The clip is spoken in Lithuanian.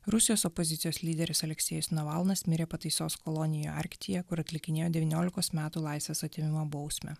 rusijos opozicijos lyderis aleksejus navalnas mirė pataisos kolonijoje arktyje kur atlikinėjo devyniolikos metų laisvės atėmimo bausmę